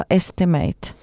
estimate